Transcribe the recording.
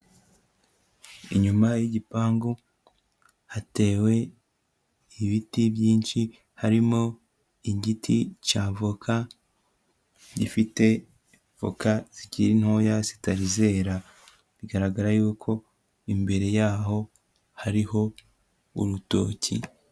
Inyuma y'igipangu hatewe ibiti byinshi harimo igiti cya voka gifite voka zikiri ntoya zitari zera, bigaragara yuko imbere yaho hariho urutoki.